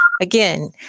again